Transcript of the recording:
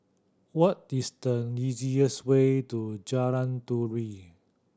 what is the easiest way to Jalan Turi